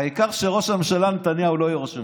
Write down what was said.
העיקר שראש הממשלה נתניהו לא יהיה ראש ממשלה.